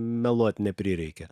meluot neprireikė